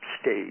stage